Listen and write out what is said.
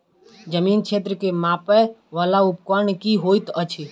जमीन क्षेत्र केँ मापय वला उपकरण की होइत अछि?